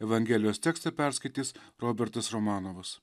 evangelijos tekstą perskaitys robertas romanovas